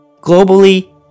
Globally